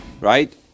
right